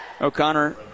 O'Connor